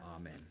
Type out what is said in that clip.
Amen